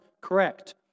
correct